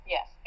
Yes